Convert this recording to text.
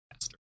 faster